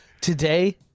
Today